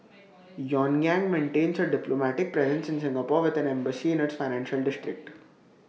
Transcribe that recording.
pyongyang maintains A diplomatic presence in Singapore with an embassy in its financial district